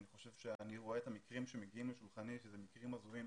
אני רואה את המקרים שמגיעים לשולחני זה מקרים הזויים,